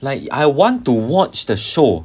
like I want to watch the show